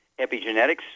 Epigenetics